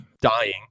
dying